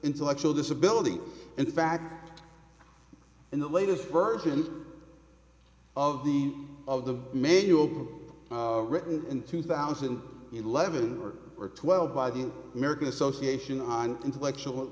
intellectual disability and in fact in the latest version of the of the manual written in two thousand and eleven or twelve by the american association on intellectual